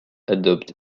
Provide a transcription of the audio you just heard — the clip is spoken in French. adopte